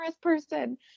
person